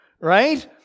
right